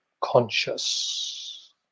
Conscious